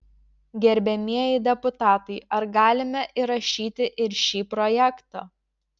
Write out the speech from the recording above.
gerbiamieji deputatai ar galime įrašyti ir šį projektą